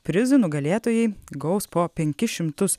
prizų nugalėtojai gaus po penkis šimtus